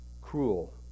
cruel